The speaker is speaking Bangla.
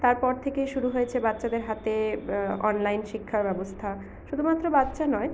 তারপর থেকে শুরু হয়েছে বাচ্চাদের হাতে অনলাইন শিক্ষার ব্যবস্থা শুধুমাত্র বাচ্চা নয়